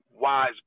wise